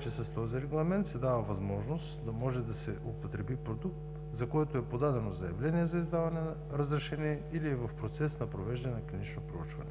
С този Регламент се дава възможност да се употреби продукт, за който е подадено заявление за издаване на разрешение или е в процес на провеждане на клинично проучване.